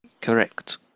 Correct